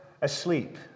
asleep